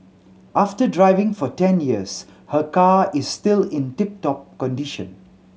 after driving for ten years her car is still in tip top condition